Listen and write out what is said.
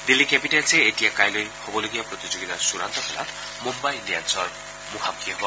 Delhi Capitals এতিয়া কাইলৈ হ'বলগীয়া প্ৰতিযোগিতাৰ চূড়ান্ত খেলত মুয়াই ইণ্ডিয়ানছৰ মুখামুখি হব